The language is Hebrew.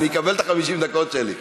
אני אקבל את 50 הדקות שלי,